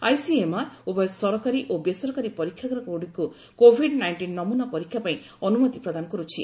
ICMR ଉଭୟ ସରକାରୀ ଓ ବେସରକାରୀ ପରୀକ୍ଷାଗାରଗୁଡ଼ିକୁ କୋଭିଡ୍ ନାଇଷ୍ଟିନ୍ ନମୁନା ପରୀକ୍ଷା ପାଇଁ ଅନୁମତି ପ୍ରଦାନ କରୁଛି